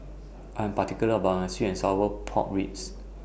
I Am particular about My Sweet and Sour Pork Ribs